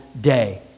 day